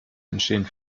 entstehen